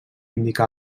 indica